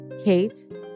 Kate